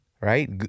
right